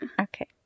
Okay